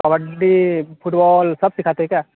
kabaddi football सब सिखाते क्या